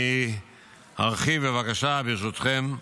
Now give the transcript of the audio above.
אני ארחיב בבקשה, ברשותכם,